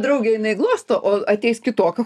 draugę jinai glosto o ateis kitokio